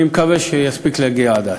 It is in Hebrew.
אני מקווה שיספיק להגיע עד אז.